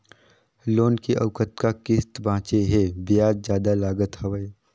Loan के अउ कतका किस्त बांचें हे? ब्याज जादा लागत हवय,